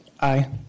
aye